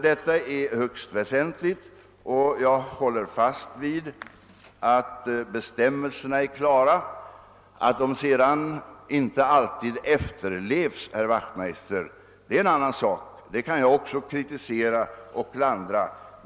Detta är högst väsentligt. Jag vidhåller att bestämmelserna är klara — att de sedan inte alltid efterlevs är en annan sak, herr Wachtmeister; det kan jag också klandra.